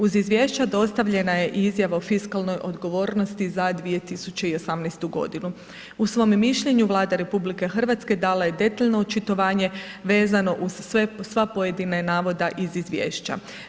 Uz izvješće dostavljena je i izjava o fiskalnoj odgovornosti za 2018. g. U svom mišljenju Vlada RH dala je detaljno očitovanje vezano uz sve pojedine navode iz izvješća.